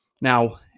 Now